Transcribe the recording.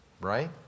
right